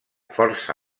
força